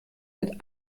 mit